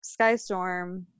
Skystorm